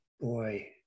boy